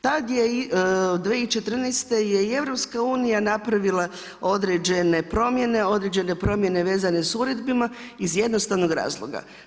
Tad je 2014. i EU napravila određene promjene, određene promjene vezane sa uredbama iz jednostavnog razloga.